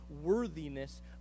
worthiness